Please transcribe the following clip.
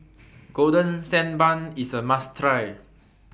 Golden Sand Bun IS A must Try